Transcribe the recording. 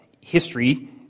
history